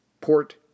port